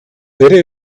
better